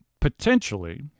Potentially